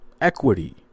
Equity